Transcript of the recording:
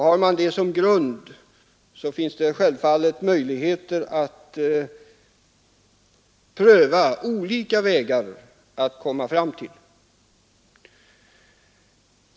Har man detta som grund finns det givetvis möjlighet att pröva olika vägar att gå fram på.